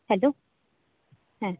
hello হ্যাঁ